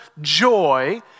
joy